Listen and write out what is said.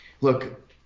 Look